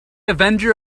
avenger